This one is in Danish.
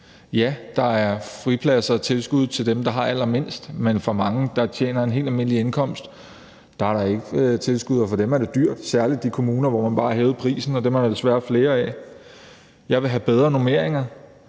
Ja, der er fripladser og tilskud til dem, der har allermindst, men for mange, der tjener en helt almindelig indkomst, er der ikke tilskud, og for dem er det dyrt, særlig i de kommuner, hvor man bare har hævet prisen, og dem er der desværre flere af. Jeg vil have bedre normeringer,